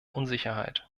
unsicherheit